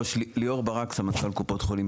אני סמנכ"ל קופות חולים,